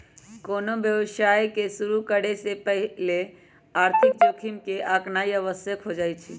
कोनो व्यवसाय के शुरु करे से पहिले आर्थिक जोखिम के आकनाइ आवश्यक हो जाइ छइ